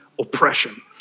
oppression